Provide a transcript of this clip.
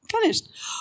Finished